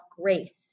grace